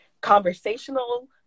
conversational